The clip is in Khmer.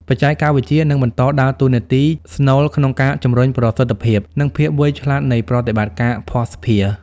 បច្ចេកវិទ្យានឹងបន្តដើរតួនាទីស្នូលក្នុងការជំរុញប្រសិទ្ធភាព និងភាពវៃឆ្លាតនៃប្រតិបត្តិការភស្តុភារ។